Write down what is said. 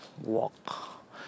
walk